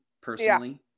personally